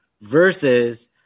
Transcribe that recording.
Versus